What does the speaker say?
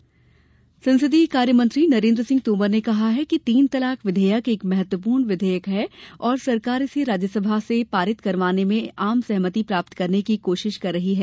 तोमर तीन तलाक संसदीय कार्यमंत्री नरेन्द्र सिंह तोमर ने कहा है कि तीन तलाक विधेयक एक महत्वपूर्ण विधेयक है और सरकार इसे राज्यसभा से पारित करवाने में आम सहमति प्राप्त करने की कोशिश कर रही है